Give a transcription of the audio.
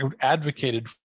advocated